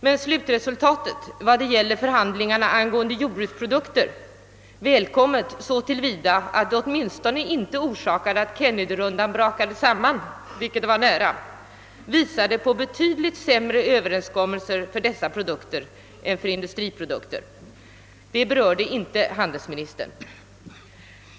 Men slutresultatet vad gäller förhandlingarna angående jordbruksprodukter — välkommet så till vida att det åtminstone inte orsakade att Kennedyronden brakade samman, vilket var nära — visade på betydligt sämre överenskommelser för dessa pro dukter än för industriprodukter. Detta berörde inte handelsministern.